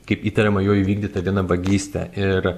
kaip įtariama jo įvykdyta viena vagyste ir